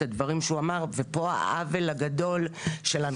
את הסקירה שאתם יכולים לראות פה כתב עורך הדין שי לקס,